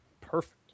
perfect